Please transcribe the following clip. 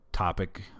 Topic